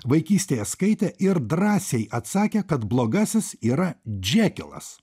vaikystėje skaitė ir drąsiai atsakė kad blogasis yra džekilas